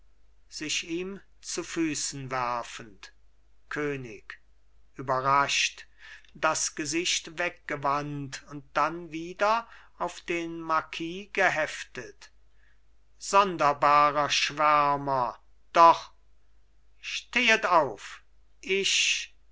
sich ihm zu fußen werfend könig überrascht das gesicht weggewandt und dann wieder auf den marquis geheftet sonderbarer schwärmer doch stehet auf ich